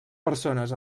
persones